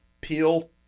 peel